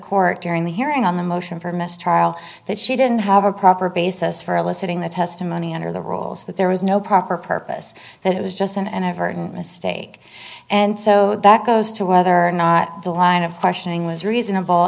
court during the hearing on the motion for mistrial that she didn't have a proper basis for eliciting the testimony under the rules that there was no proper purpose that it was just an and everton mistake and so that goes to whether or not the line of questioning was reasonable